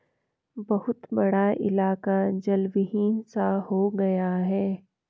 बहुत बड़ा इलाका जलविहीन सा हो गया है